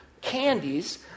candies